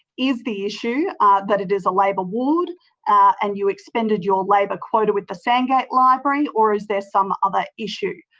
is the issue that it is a labor ward and you expended your labor quota with the sandgate library? or is there some other issue?